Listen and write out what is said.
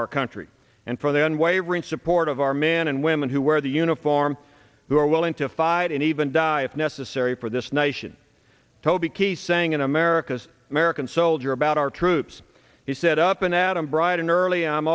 our country and for the unwavering support of our men and women who wear the uniform who are willing to fight and even die if necessary for this nation toby key saying in america's american soldier about our troops he set up an adam bright and early